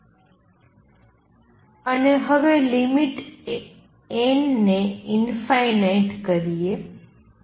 અને હવે limit n ને ઇંફાઇનાઇટ કરીયે